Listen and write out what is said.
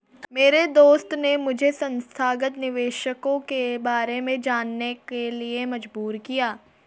मेरे दोस्त ने मुझे संस्थागत निवेशकों के बारे में जानने के लिए मजबूर किया